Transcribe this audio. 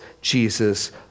Jesus